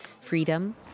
freedom